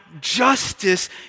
justice